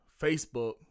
Facebook